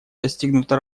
достигнуто